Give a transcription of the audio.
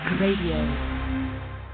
Radio